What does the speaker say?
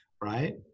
right